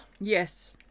Yes